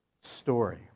story